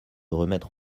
remettre